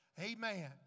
Amen